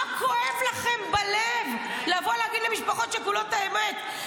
מה כואב לכם בלב לבוא ולהגיד למשפחות שכולות את האמת.